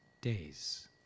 days